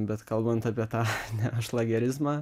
bet kalbant apie tą neošlagerizmą